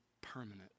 permanent